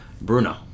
Bruno